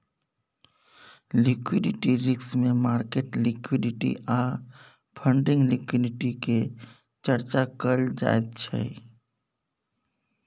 liquidity risk मे market liquidity आ funding liquidity के चर्चा कएल जाइ छै